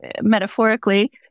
metaphorically